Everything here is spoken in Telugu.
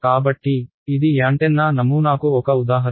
కాబట్టి ఇది యాంటెన్నా నమూనాకు ఒక ఉదాహరణ